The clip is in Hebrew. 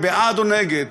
היא בעד או נגד.